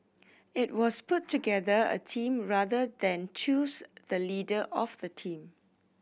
it was put together a team rather than choose the leader of the team